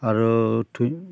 आरो थै